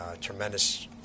tremendous